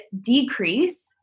decrease